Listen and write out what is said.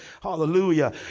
Hallelujah